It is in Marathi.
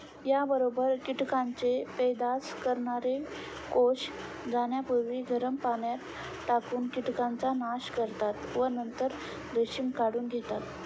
याबरोबर कीटकांचे पैदास करणारे कोष जाण्यापूर्वी गरम पाण्यात टाकून कीटकांचा नाश करतात व नंतर रेशीम काढून घेतात